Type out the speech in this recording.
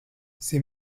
ces